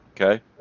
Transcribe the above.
Okay